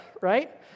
right